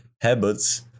habits